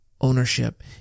ownership